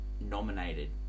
Nominated